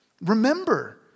Remember